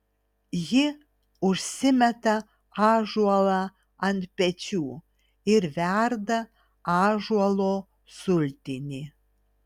ji užsimeta ąžuolą ant pečių ir verda ąžuolo sultinį